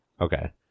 Okay